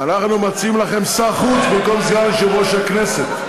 אנחנו מציעים לכם שר חוץ במקום סגן יושב-ראש הכנסת.